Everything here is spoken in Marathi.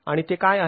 आणि ते काय आहेत